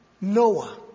Noah